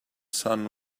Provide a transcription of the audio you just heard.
sun